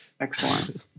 Excellent